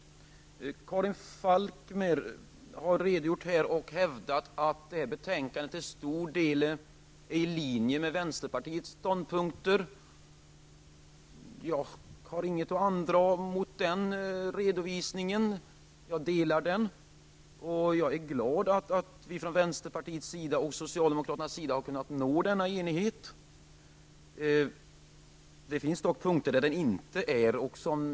Karin Falkmer har redogjort och hävdat att detta betänkande till stor del är i linje med vänsterpartiets ståndpunkter. Mot denna redovisning har jag inget att anföra -- jag delar den uppfattningen. Jag är glad över att vänsterpartiet och socialdemokraterna har kunnat nå denna enighet. Det finns dock punkter där vi inte är nöjda.